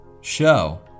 show